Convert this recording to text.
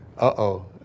Uh-oh